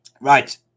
Right